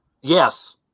Yes